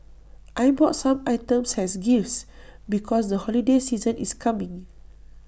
I bought some items as gifts because the holiday season is coming